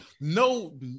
no